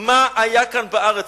מה היה כאן בארץ.